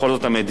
בכל זאת המדינה,